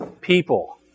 people